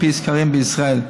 על פי סקרים בישראל.